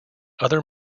other